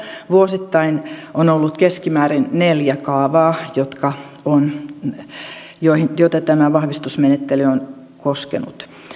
vuosittain on ollut keskimäärin neljä kaavaa joita tämä vahvistusmenettely on koskenut